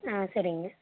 ஆ சரிங்க